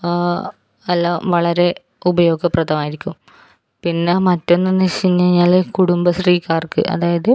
എല്ലാം വളരെ ഉപയോഗപ്രദമായിരിക്കും പിന്നെ മറ്റൊന്നെന്ന് വെച്ച് കഴിഞ്ഞഞ്ഞാൽ കുടുംബശ്രീക്കാർക്ക് അതായത്